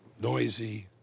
noisy